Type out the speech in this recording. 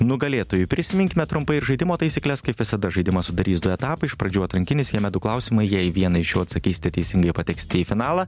nugalėtojui prisiminkime trumpai ir žaidimo taisykles kaip visada žaidimą sudarys du etapai iš pradžių atrankinis jame du klausimai jei į vieną iš jų atsakysite teisingai pateksite į finalą